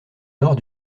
nord